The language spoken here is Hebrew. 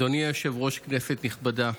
אדוני היושב-ראש, כנסת נכבדה,